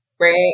Right